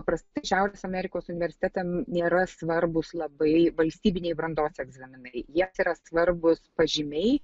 paprastai šiaurės amerikos universitetam nėra svarbūs labai valstybiniai brandos egzaminai jiems atsirasti svarbus pažymiai